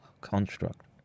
construct